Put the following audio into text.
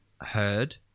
heard